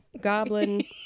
goblin